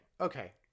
okay